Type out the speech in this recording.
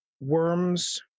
worms